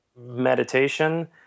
meditation